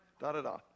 da-da-da